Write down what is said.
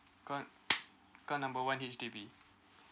call call number one H_D_B